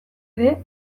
ere